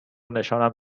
نشانم